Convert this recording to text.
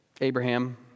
Abraham